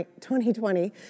2020